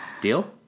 Deal